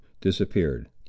disappeared